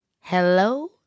Hello